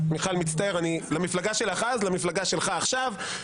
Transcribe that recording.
מיכל, מצטער, למפלגה שלך אז, למפלגה שלך עכשיו.